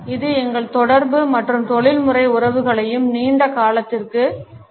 இது எங்கள் தொடர்பு மற்றும் தொழில்முறை உறவுகளையும் நீண்ட காலத்திற்கு பாதிக்கிறது